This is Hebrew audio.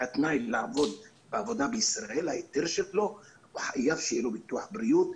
לעבודה בישראל בהיתר שלו הוא החובה שיהיה לו ביטוח בריאות,